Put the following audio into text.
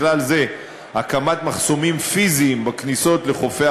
בכלל זה הקמת מחסומים פיזיים בכניסות לחופי